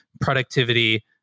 productivity